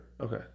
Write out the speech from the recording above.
Okay